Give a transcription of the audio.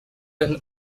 and